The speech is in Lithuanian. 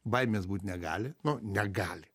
baimės būt negali nu negali